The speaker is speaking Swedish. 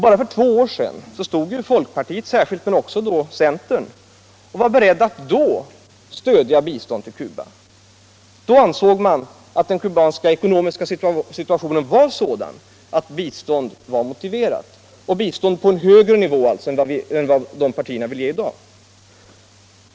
Bara för två år sedan stod särskilt folkpartiet men också centern beredda att stödja bistånd till Cuba. Då ansåg man att den kubanska ekonomiska situationen var sådan att bistånd var motiverat, och ett bistånd på högre nivå än vad dessa partier vill ge i dag.